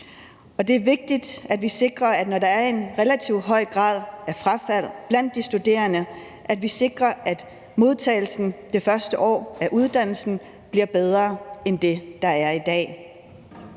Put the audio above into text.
Det er vigtigt, når der er en relativt høj grad af frafald blandt de studerende, at vi sikrer, at modtagelsen i det første år af uddannelsen bliver bedre end det, der er i dag.